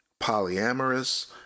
polyamorous